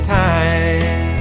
time